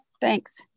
Thanks